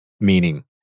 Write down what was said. meaning